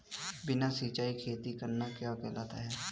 बिना सिंचाई खेती करना क्या कहलाता है?